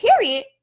Period